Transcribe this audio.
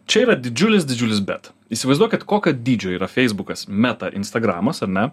čia yra didžiulis didžiulis bet įsivaizduokit kokio dydžio yra feisbukas meta instagramas ar ne